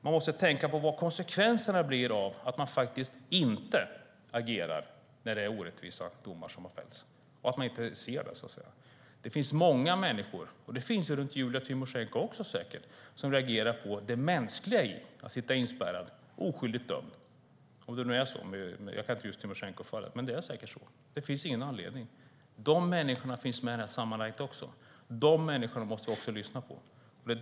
Man måste tänka på vad konsekvenserna blir av att man inte agerar när orättvisa domar har fällts och man inte ser det. Det finns många människor som reagerar på det mänskliga i att sitta inspärrad oskyldigt dömd. Det finns det säkert kring Julia Tymosjenko också, om det nu är så i hennes fall; men så är det säkert. Det finns ingen anledning. Dessa människor finns med i det här sammanhanget också, och dem måste vi också lyssna på.